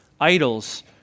idols